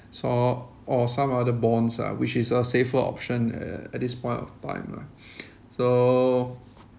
saw or some other bonds lah which is a safer option uh at this point of time lah so